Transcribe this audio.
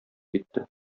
китте